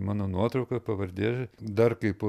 mano nuotrauka pavardė ir dar kaip